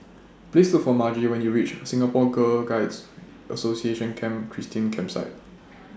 Please Look For Margy when YOU REACH Singapore Girl Guides Association Camp Christine Campsite